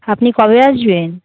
আপনি কবে আসবেন